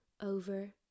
over